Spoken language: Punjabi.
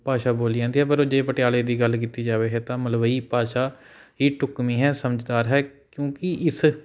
ਭਾਸ਼ਾ ਬੋਲੀ ਜਾਂਦੀ ਹੈ ਪਰ ਜੇ ਪਟਿਆਲੇ ਦੀ ਗੱਲ ਕੀਤੀ ਜਾਵੇ ਹੈ ਤਾਂ ਮਲਵਈ ਭਾਸ਼ਾ ਹੀ ਢੁੱਕਵੀਂ ਹੈ ਸਮਝਦਾਰ ਹੈ ਕਿਉਂਕਿ ਇਸ